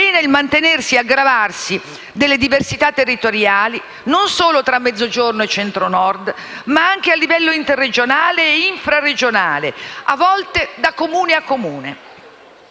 il mantenersi e aggravarsi delle diversità territoriali, non solo tra Mezzogiorno e Centro-Nord, ma anche a livello interregionale e infraregionale, a volte da Comune a Comune.